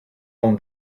own